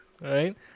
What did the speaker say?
Right